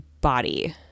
body